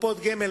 קופות גמל,